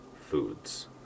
foods